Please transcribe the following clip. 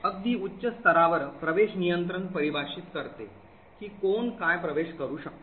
अगदी उच्च स्तरावर access control परिभाषित करते की कोण काय प्रवेश करू शकते